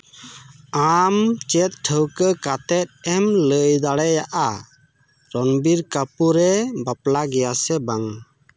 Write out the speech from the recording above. ᱟᱢ ᱪᱮᱫ ᱴᱷᱟᱹᱣᱠᱟᱹ ᱠᱟᱛᱮᱫ ᱮᱢ ᱞᱟᱹᱭ ᱫᱟᱲᱮᱭᱟᱜᱼᱟ ᱨᱚᱱᱵᱤᱨ ᱠᱟᱹᱯᱩᱨᱮ ᱵᱟᱯᱞᱟ ᱜᱮᱭᱟ ᱥᱮ ᱵᱟᱝ